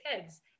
kids